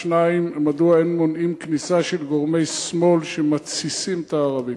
2. מדוע אין מונעים כניסה של גורמי שמאל שמתסיסים את הערבים?